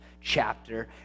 chapter